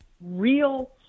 real